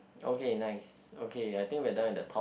okay nice okay I think we are done with the talk